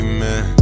Amen